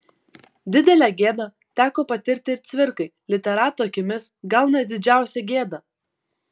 didelę gėdą teko patirti ir cvirkai literato akimis gal net didžiausią gėdą